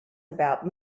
about